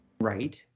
Right